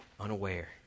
unaware